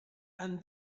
and